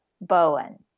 bowen